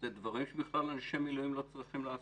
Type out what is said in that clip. אלה דברים שאנשי מילואים בכלל לא צריכים לעשות.